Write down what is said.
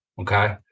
okay